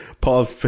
Paul